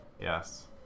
Yes